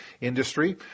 industry